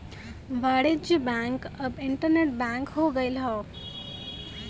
वाणिज्य बैंक अब internet bank हो गयल हौ